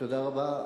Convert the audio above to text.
תודה רבה.